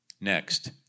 next